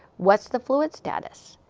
what's the fluid status?